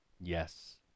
yes